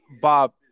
Bob